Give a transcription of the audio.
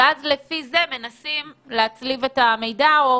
ולפי זה מנסים להצליב את המידע.